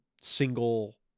single